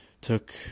took